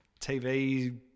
TV